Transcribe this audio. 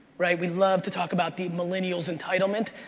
right? we love to talk about the millennials' entitlement.